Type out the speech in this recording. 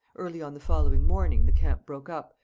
early on the following morning the camp broke up,